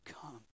come